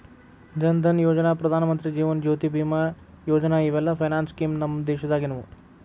ಜನ್ ಧನಯೋಜನಾ, ಪ್ರಧಾನಮಂತ್ರಿ ಜೇವನ ಜ್ಯೋತಿ ಬಿಮಾ ಯೋಜನಾ ಇವೆಲ್ಲ finance scheme ನಮ್ ದೇಶದಾಗಿನವು